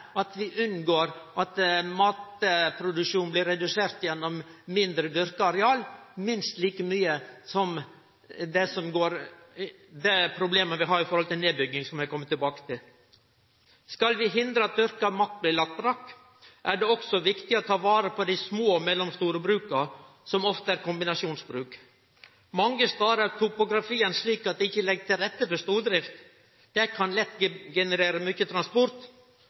at vi unngår at matproduksjonen blir redusert gjennom mindre dyrka areal. Dette er minst like viktig som det problemet vi har i forhold til nedbygging, som eg kjem tilbake til. Skal vi hindre at dyrka mark blir lagd brakk, er det også viktig å ta vare på dei små og mellomstore bruka, som ofte er kombinasjonsbruk. Mange stader er topografien slik at det ikkje ligg til rette for stordrift. Det kan lett generere mykje transport.